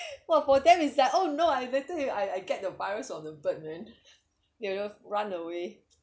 !wah! for them is like oh no I better if I I get the virus on the bird man you know run away